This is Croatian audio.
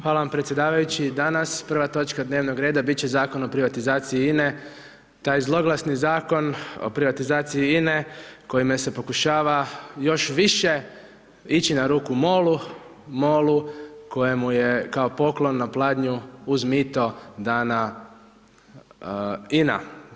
Hvala vam predsjedavajući, danas prva točka dnevnog reda bit će Zakon o privatizaciji INE taj zloglasni zakon o privatizaciji INE kojime se pokušava još više ići na ruku MOL-u, MOL-u kojemu je kao poklon na pladnju uz mito dana INA.